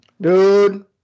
Dude